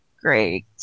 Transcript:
Great